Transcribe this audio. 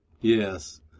Yes